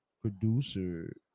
producer